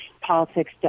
politics